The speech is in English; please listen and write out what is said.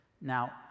Now